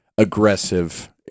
aggressive